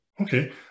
Okay